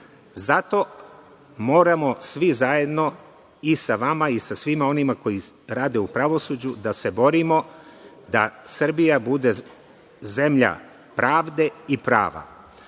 Zato moramo svi zajedno, i sa vama i sa svima onima koji rade u pravosuđu, da se borimo da Srbija bude zemlja pravde i